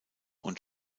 und